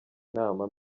inama